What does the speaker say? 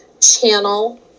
channel